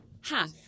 Half